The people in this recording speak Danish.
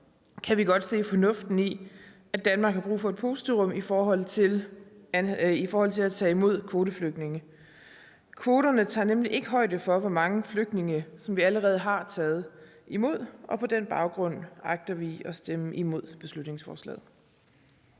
kan vi godt se fornuften i, at Danmark har brug for et pusterum i forhold til at tage imod kvoteflygtninge. Kvoterne tager nemlig ikke højde for, hvor mange flygtninge vi allerede har taget imod. På den baggrund agter vi at stemme imod beslutningsforslaget.